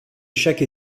chaque